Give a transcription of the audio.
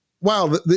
wow